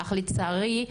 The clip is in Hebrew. אך לצערי,